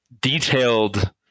detailed